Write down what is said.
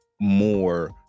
more